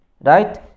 right